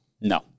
No